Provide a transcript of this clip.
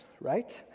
right